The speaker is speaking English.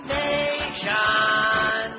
nation